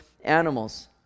animals